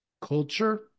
culture